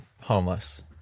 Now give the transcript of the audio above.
homeless